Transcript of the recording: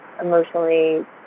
emotionally